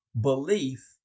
belief